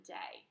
day